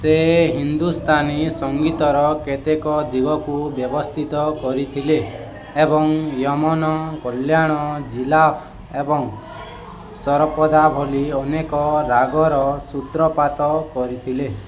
ସେ ହିନ୍ଦୁସ୍ତାନୀ ସଙ୍ଗୀତର କେତେକ ଦିଗକୁ ବ୍ୟବସ୍ଥିତ କରିଥିଲେ ଏବଂ ୟମନ କଲ୍ୟାଣ ଜିଲାଫ ଏବଂ ସରପଦା ଭଲି ଅନେକ ରାଗର ସୂତ୍ରପାତ କରିଥିଲେ